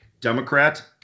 Democrat